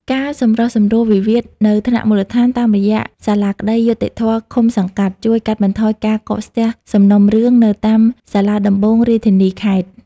ការសម្រុះសម្រួលវិវាទនៅថ្នាក់មូលដ្ឋានតាមរយៈសាលាក្ដីយុត្តិធម៌ឃុំ-សង្កាត់ ជួយកាត់បន្ថយការកកស្ទះសំណុំរឿងនៅតាមសាលាដំបូងរាជធានី-ខេត្ត។